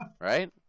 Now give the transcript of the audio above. Right